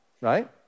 right